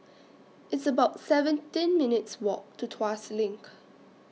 It's about seventeen minutes' Walk to Tuas LINK